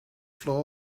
floor